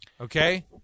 Okay